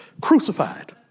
crucified